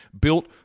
Built